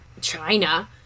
China